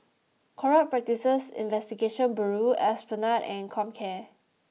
Corrupt Practices Investigation Bureau Esplanade and Comcare